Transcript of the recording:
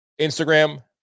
Instagram